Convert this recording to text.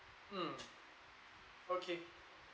mm okay